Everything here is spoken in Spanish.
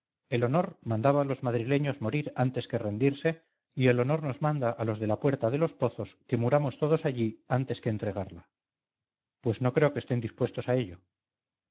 el honor mandaba a los madrileños morir antes que rendirse y el honor nos manda a los de la puerta de los pozos que muramos todos allí antes que entregarla pues no creo que estén dispuestos a ello